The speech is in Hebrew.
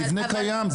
המבנה קיים,